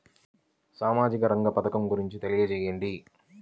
సామాజిక రంగ పథకం గురించి తెలియచేయండి?